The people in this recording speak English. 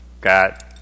got